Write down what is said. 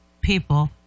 people